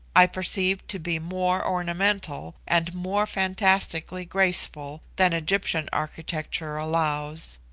i perceived to be more ornamental and more fantastically graceful that egyptian architecture allows.